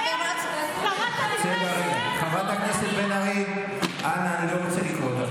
חברת הכנסת בן ארי, אנא, אני לא רוצה לקרוא אותך